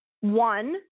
One